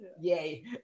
yay